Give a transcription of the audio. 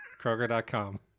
Kroger.com